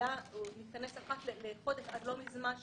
שהיה מתכנס אחת לחודש עד לא מזמן,